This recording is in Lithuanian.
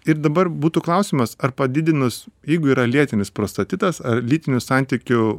ir dabar būtų klausimas ar padidinus jeigu yra lėtinis prostatitas ar lytinių santykių